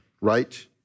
right